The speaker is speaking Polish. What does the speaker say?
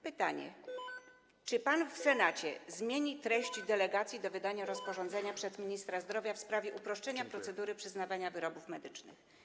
Pytanie: Czy pan w Senacie zmieni treść delegacji do wydania rozporządzenia przez ministra zdrowia w sprawie uproszczenia procedury przyznawania wyrobów medycznych?